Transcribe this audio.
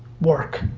work.